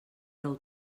plou